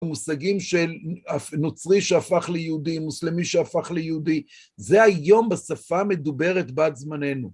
מושגים של נוצרי שהפך ליהודי, מוסלמי שהפך ליהודי, זה היום בשפה מדוברת בת זמננו.